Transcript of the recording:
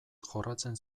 jorratzen